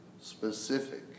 specific